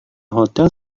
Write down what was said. hotel